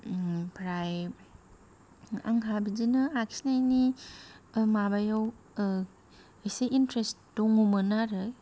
आमफ्राय आंहा बिदिनो आखिनायनि माबायाव एसे इन्ट्रेस्ट दङमोन आरो